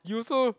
you also